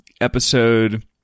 episode